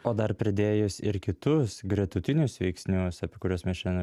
o dar pridėjus ir kitus gretutinius veiksnius apie kuriuos mes šiandien